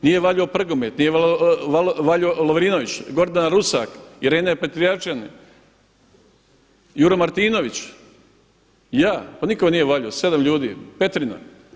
Nije valjao Prgomet, nije valjao Lovrinović, Gordana Rusak, Irena Petrijevčanin, Juro Martinović, ja, pa nitko vam nije valjao, 7 ljudi, Petrina.